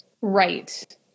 right